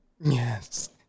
yes